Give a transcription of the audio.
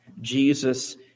Jesus